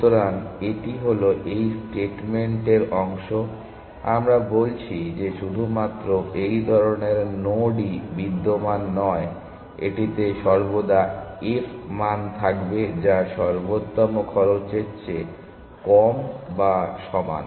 সুতরাং এটি হল এই স্টেটমেন্টের অংশ আমরা বলছি যে শুধুমাত্র এই ধরনের নোডই বিদ্যমান নয় এটিতে সর্বদা f মান থাকবে যা সর্বোত্তম খরচের চেয়ে কম বা সমান